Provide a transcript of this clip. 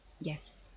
yes